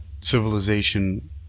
civilization